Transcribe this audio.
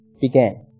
began